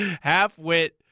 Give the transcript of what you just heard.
half-wit